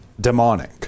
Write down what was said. demonic